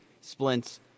Splints